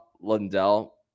lundell